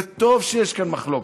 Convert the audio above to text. וטוב שיש כאן מחלוקת.